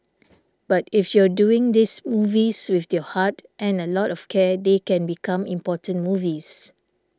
but if you're doing these movies with your heart and a lot of care they can become important movies